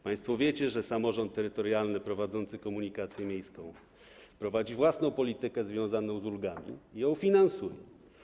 Państwo wiecie, że samorząd terytorialny prowadzący komunikację miejską prowadzi własną politykę związaną z ulgami i ją finansuje.